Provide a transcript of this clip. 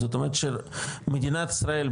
זאת אומרת שמדינת ישראל,